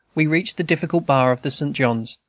we reached the difficult bar of the st. john's,